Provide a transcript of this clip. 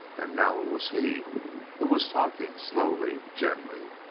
and now it was he who was talking slowly, gently.